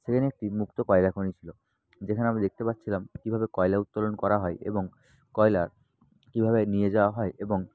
সেখানে একটি মুক্ত কয়লাখনি ছিল যেখানে আমরা দেখতে পাচ্ছিলাম কীভাবে কয়লা উত্তোলন করা হয় এবং কয়লা কীভাবে নিয়ে যাওয়া হয় এবং